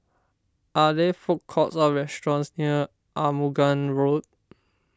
are there food courts or restaurants near Arumugam Road